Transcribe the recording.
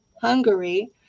hungary